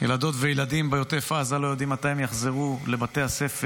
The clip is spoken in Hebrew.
ילדים וילדות בעוטף עזה לא יודעים מתי הם יחזרו לבתי הספר,